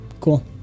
cool